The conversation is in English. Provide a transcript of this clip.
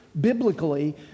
biblically